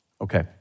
Okay